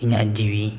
ᱤᱧᱟᱹᱜ ᱡᱤᱣᱤ